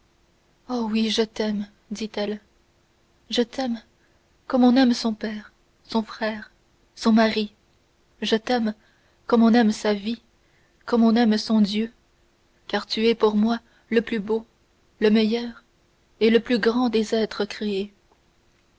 oh oui je t'aime dit-elle je t'aime comme on aime son père son frère son mari je t'aime comme on aime sa vie comme on aime son dieu car tu es pour moi le plus beau le meilleur et le plus grand des êtres créés